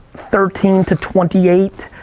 thirteen to twenty eight,